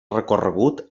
recorregut